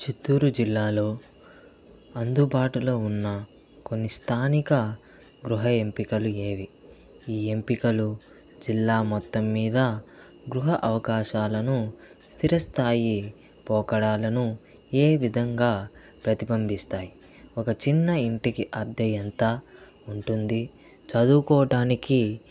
చిత్తూరు జిల్లాలో అందుబాటులో ఉన్న కొన్ని స్థానిక గృహ ఎంపికలు ఏవి ఈ ఎంపికలు జిల్లా మొత్తం మీద గృహ అవకాశాలను స్థిరస్థాయి పోకడాలను ఏ విధంగా ప్రతిబింబిస్తాయి ఒక చిన్న ఇంటికి అద్దె ఎంత ఉంటుంది చదువుకోటానికి